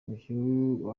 umukinnyi